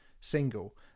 single